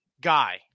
guy